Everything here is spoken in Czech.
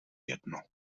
jedno